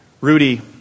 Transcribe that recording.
Rudy